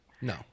No